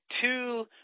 two